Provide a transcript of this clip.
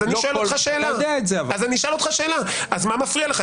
אז אני אשאל אותך שאלה, מה מפריע לך.